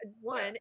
One